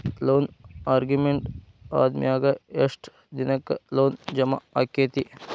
Loan agreement ಆದಮ್ಯಾಗ ಯೆಷ್ಟ್ ದಿನಕ್ಕ ಲೊನ್ ಜಮಾ ಆಕ್ಕೇತಿ?